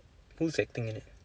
who's acting in it